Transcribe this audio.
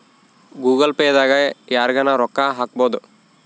Google Pay ದಾಗ ಯರ್ಗನ ರೊಕ್ಕ ಹಕ್ಬೊದು